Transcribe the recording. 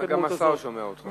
גם השר שומע אותך.